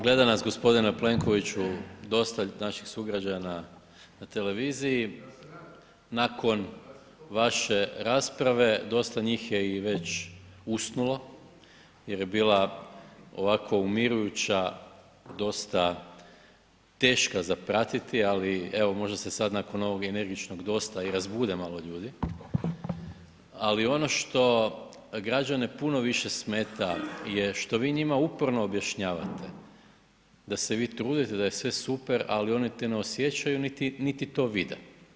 Gleda nas g. Plenkoviću, dosta naših sugrađana na televiziji, nakon vaše rasprave, dosta njih je i već usnulo jer je bila ovako umirujuća dosta teška za pratiti ali evo možda se sad nakon ovog energičnog „dosta“ i razbude malo ljudi ali ono što građane puno više smeta je što vi njima uporno objašnjavate da se vi trudite, da je sve super ali oni to ne osjećaju niti to vide.